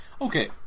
okay